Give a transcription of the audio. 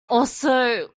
also